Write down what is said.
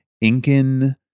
Incan